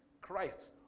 Christ